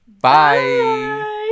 bye